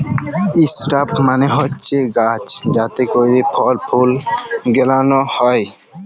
ইসরাব মালে হছে গাহাচ যাতে ক্যইরে ফল ফুল গেলাল হ্যয়